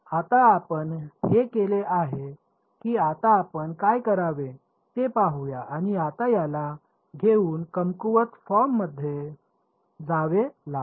आता आपण हे केले आहे की आता आपण काय करावे ते पाहूया आणि आता याला घेऊन कमकुवत फॉर्ममध्ये जावे लागेल